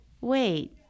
wait